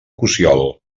cossiol